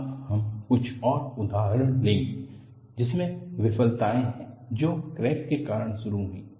practical example of fracture अब हम कुछ उदाहरण लेंगे जिसमें विफलताएं हैं जो क्रैक के कारण शुरू हुईं